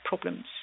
problems